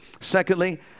Secondly